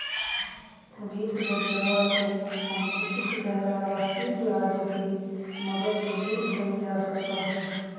वित्त बाजरवा के संकुचित दायरा वस्तबिक राज्य के मदद से दूर कइल जा सका हई